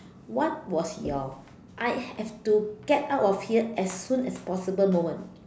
what was your I have to get out of here as soon as possible moment